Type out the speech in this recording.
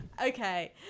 Okay